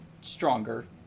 stronger